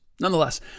Nonetheless